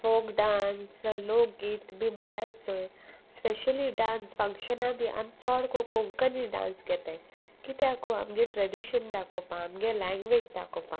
folk dance लोकगीत बी मुटाय चोय स्पेशली डांस फंक्शनां बी आमी चोड कोरून कोंकणी डांस घेताय कित्याकू आमगे ट्रेडिशन दाखोवपा आमगे लँग्वेज दाखोवपा